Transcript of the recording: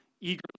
eagerly